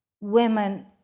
women